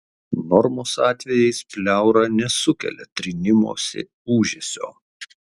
normos atvejais pleura nesukelia trynimosi ūžesio